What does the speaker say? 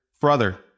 brother